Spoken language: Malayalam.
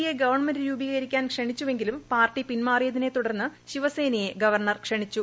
യെ ഗവൺമെന്റ് രൂപീകരിക്കാൻ ക്ഷണിച്ചുവെങ്കിലും പാർട്ടി പിൻമാറിയതിനെ തുടർന്ന് ശിവസേനയെ ഗവർണർ ക്ഷണിച്ചു